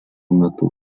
metu